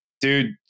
Dude